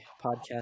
podcast